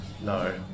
No